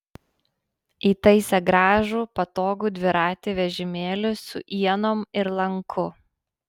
įtaisė gražų patogų dviratį vežimėlį su ienom ir lanku